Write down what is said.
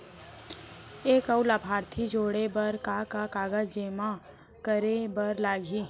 एक अऊ लाभार्थी जोड़े बर का का कागज जेमा करे बर लागही?